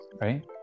right